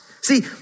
See